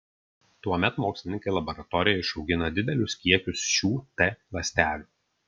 tuomet mokslininkai laboratorijoje išaugina didelius kiekius šių t ląstelių